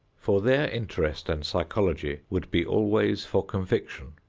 for their interest and psychology would be always for conviction.